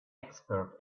experts